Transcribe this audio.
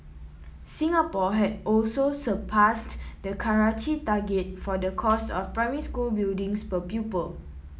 Singapore had also surpassed the Karachi target for the cost of primary school buildings per pupil